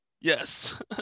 Yes